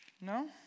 No